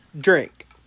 drink